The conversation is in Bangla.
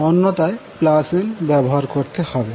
অন্যথায় nব্যবহার করতে হবে